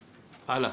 --- הלאה.